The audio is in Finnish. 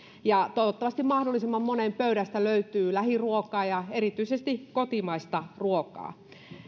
ja toivottavasti mahdollisimman monen pöydästä löytyy lähiruokaa ja erityisesti kotimaista ruokaa